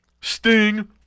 Sting